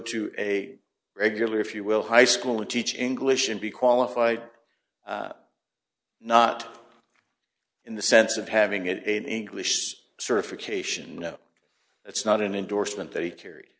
to a regular if you will high school and teach english and be qualified not in the sense of having it in english certification no that's not an endorsement that he carr